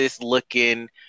looking